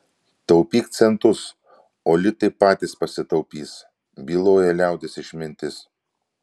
taupyk centus o litai patys pasitaupys byloja liaudies išmintis